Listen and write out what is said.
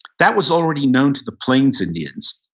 that was already known to the plains indians,